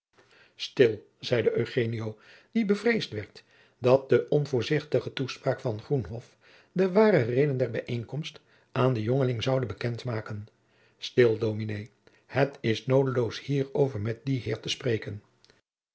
stil zeide eugenio die bevreesd werd dat de onvoorzichtige toespraak van groenhof de ware redenen der bijeenkomst aan den jongeling zoude bekend maken stil dominé het is noodeloos hierover met dien heer te spreken